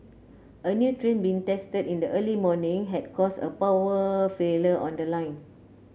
a new train being tested in the early morning had caused a power failure on the line